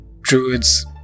druids